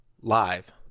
live